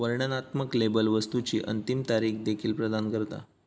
वर्णनात्मक लेबल वस्तुची अंतिम तारीख देखील प्रदान करता